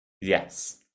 Yes